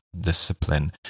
discipline